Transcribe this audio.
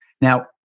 Now-